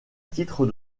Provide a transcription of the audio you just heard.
titre